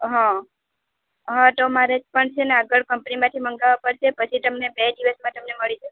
હ હ તો મારે પણ છે ને આગળ કંપનીમાંથી મંગાવવા પડશે પછી તમને બે દિવસમાં તમને મળી જશે